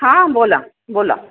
हां बोला बोला